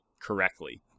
correctly